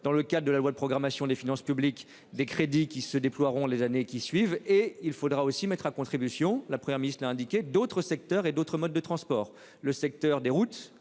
dans le cadre de la loi de programmation des finances publiques des crédits qui se déploieront les années qui suivent et il faudra aussi mettre à contribution la Première ministre a indiqué d'autres secteurs et d'autres modes de transport, le secteur des routes.